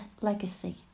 legacy